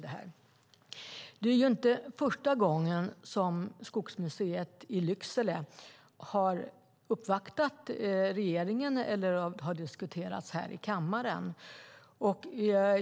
Det är inte första gången som Skogsmuseet i Lycksele har uppvaktat regeringen eller har diskuterats här i kammaren.